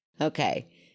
Okay